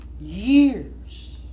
years